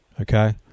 Okay